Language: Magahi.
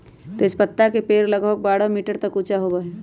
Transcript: तेजपत्ता के पेड़ लगभग बारह मीटर तक ऊंचा होबा हई